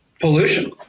pollution